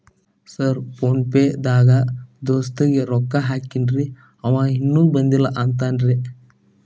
Sir PhonePe ದಾಗ ದೋಸ್ತ್ ಗೆ ರೊಕ್ಕಾ ಹಾಕೇನ್ರಿ ಅಂವ ಇನ್ನು ಬಂದಿಲ್ಲಾ ಅಂತಾನ್ರೇ?